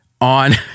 on